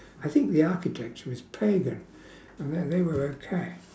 I think the architecture was pagan and they they were okay